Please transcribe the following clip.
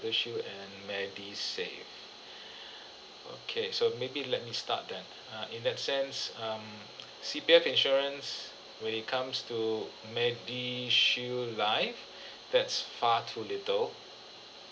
EverShield and MediSave okay so maybe let me start then uh in that sense um C_P_F insurance when it comes to MediShield Life that's far too little